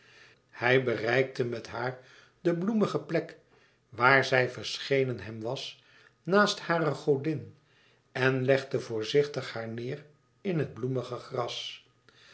hij bereikte met haar de bloemige plek waar zij verschenen hem was naast hare godin en legde voorzichtig haar neêr in het bloemige gras